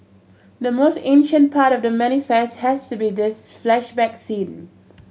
the most ancient part of The Manifest has to be this flashback scene